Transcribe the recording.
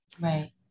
Right